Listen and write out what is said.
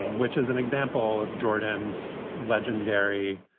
um which is an example of jordan's legendary